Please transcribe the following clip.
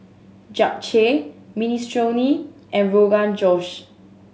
Japchae Minestrone and Rogan Josh